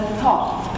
thought